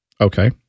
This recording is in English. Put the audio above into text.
Okay